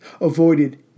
avoided